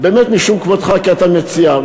באמת, משום כבודך, כי אתה מציע.